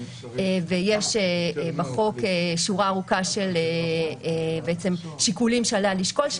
ויש שבחוק שורה ארוכה של שיקולים שעליה לשקול,